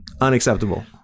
unacceptable